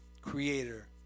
creator